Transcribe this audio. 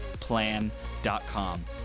Plan.com